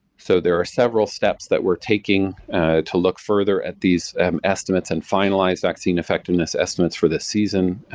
so, there are several steps that we're taking to look further at these um estimates and finalized vaccine effectiveness estimates for the season.